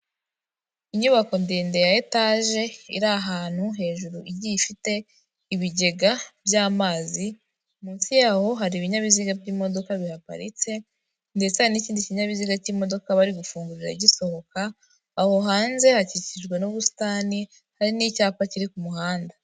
Inyubako ndende ya etaje iri ahantu hejuru, igiye ifite ibigega by'amazi, munsi yaho hari ibinyabiziga by'imodoka biparitse ndetse hari n'ikindi kinyabiziga cy'imodoka bari gufungurira gisohoka, aho hanze hakikijwe n'ubusitani, hari n'icyapa kiri ku muhanda.